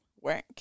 work